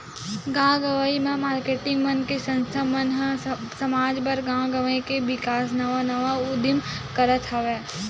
गाँव गंवई म मारकेटिंग मन के संस्था मन ह समाज बर, गाँव गवई के बिकास नवा नवा उदीम करत हवय